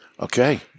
Okay